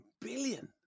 billion